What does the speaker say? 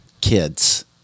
Kids